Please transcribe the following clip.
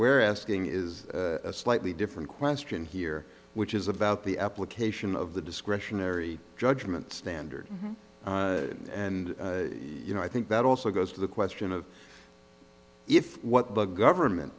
where asking is a slightly different question here which is about the application of the discretionary judgment standard and you know i think that also goes to the question of if what the government